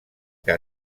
que